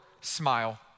smile